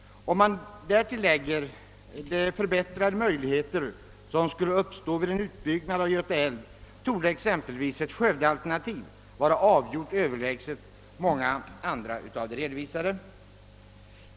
Om man därtill lägger de förbättrade möjligheter som skulle uppstå vid en utbyggnad av Göta älv, torde exempelvis ett Skövdealternativ vara avgjort överlägset många andra av de redovisade.